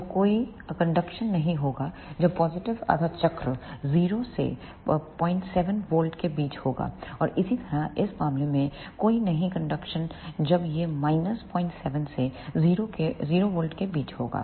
तो कोई कंडक्शन नहीं होगा जब पॉजिटिव आधा चक्र 0 से 07 V के बीच होगा और इसी तरह इस मामले में कोई नहीं होगा कंडक्शन जब यह 07 से 0 V के बीच होगा